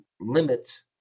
limits